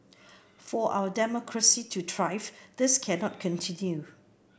for our democracy to thrive this cannot continue